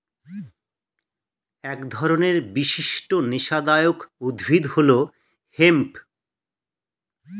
এক ধরনের বিশিষ্ট নেশাদায়ক উদ্ভিদ হল হেম্প